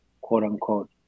quote-unquote